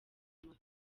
nyuma